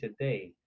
today